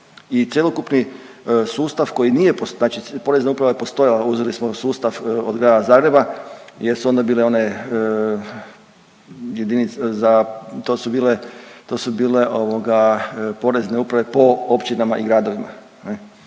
i cjelokupni sustav koji nije .../nerazumljivo/... znači Porezna uprava je postojala, uzeli smo sustav od Grada Zagreba jer su onda bile one .../nerazumljivo/... za, to su bile, ovoga, porezne uprave po općinama i gradovima,